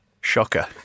Shocker